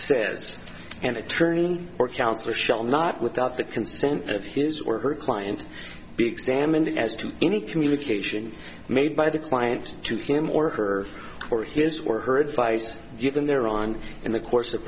says an attorney or counselor shall not without the consent of his or her client be examined as to any communication made by the client to him or her or his or her advice given there on in the the course